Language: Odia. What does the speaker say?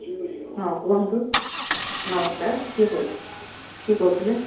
ହଁ କୁହନ୍ତୁ ନମସ୍କାର କିଏ କହୁଥିଲେ କିଏ କହୁଥିଲେ